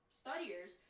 studiers